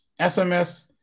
SMS